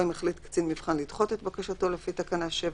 או אם החליט קצין מבחן לדחות את בקשתו לפי תקנה 7,